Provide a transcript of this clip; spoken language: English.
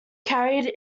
carried